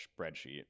spreadsheet